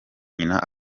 nyina